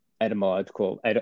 etymological